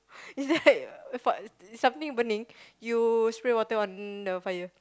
is that your fart if something burning you spray water on the fire